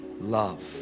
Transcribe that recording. love